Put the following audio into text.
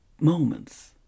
moments